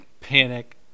panic